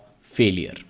failure